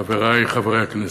חברי חברי הכנסת,